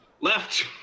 Left